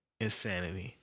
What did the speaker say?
insanity